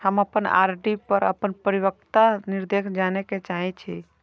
हम अपन आर.डी पर अपन परिपक्वता निर्देश जाने के चाहि छी